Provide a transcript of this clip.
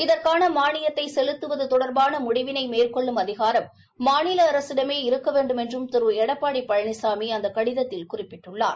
இதற்கான மானியத்தை செலுத்துவது தொடர்பான முடிவினை மேற்கொள்ளும் அதிகாரம் மாநில அரசிடமே இருக்க வேண்டுமென்றும் திரு எடப்பாடி பழனிசாமி அந்த கடிதத்தில் குறிப்பிட்டுள்ளார்